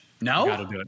No